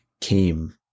came